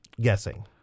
Guessing